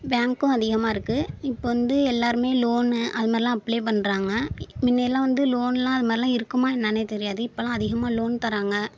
பேங்க்கும் அதிகமாக இருக்குது இப்போ வந்து எல்லோருமே லோனு அதுமாதிரிலாம் அப்ளை பண்ணுறாங்க முன்னெல்லாம் வந்து லோன்லாம் அதுமாரிலாம் இருக்குமா என்னனே தெரியாது இப்போலாம் அதிகமாக லோன் தர்றாங்க